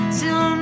till